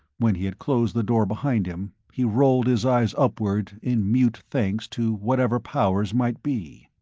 when he had closed the door behind him, he rolled his eyes upward in mute thanks to whatever powers might be.